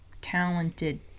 talented